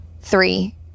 Three